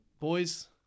Boys